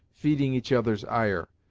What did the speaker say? feeding each other's ire,